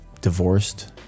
divorced